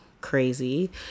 crazy